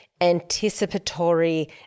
anticipatory